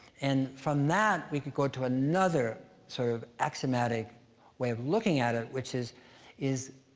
and from that, we could go to another sort of axiomatic way of looking at it, which is is